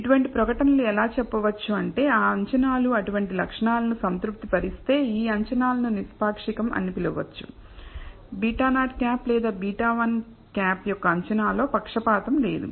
ఇటువంటి ప్రకటనలు ఎలా చెప్పవచ్చు అంటే ఆ అంచనాలు అటువంటి లక్షణాలను సంతృప్తి పరిస్తే ఈ అంచనాలను నిష్పాక్షికం అని పిలవచ్చు β̂₀ లేదా β̂1 యొక్క అంచనాలో పక్షపాతం లేదు